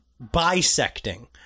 bisecting